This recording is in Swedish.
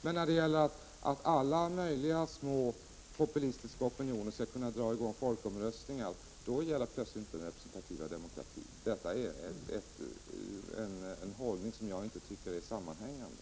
Men när det gäller att alla möjliga små populistiska opinioner skall få driva fram folkomröstningar, skall plötsligt den representativa demokratin tydligen inte gälla. Detta är en hållning som jag inte finner vara sammanhängande.